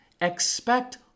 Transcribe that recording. expect